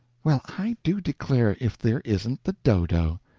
well, i do declare, if there isn't the dodo!